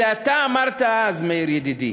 את זה אתה אמרת אז, מאיר ידידי.